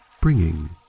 bringing